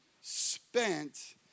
spent